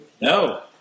No